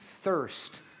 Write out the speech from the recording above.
thirst